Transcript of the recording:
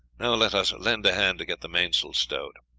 now let us lend a hand to get the mainsail stowed.